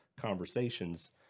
conversations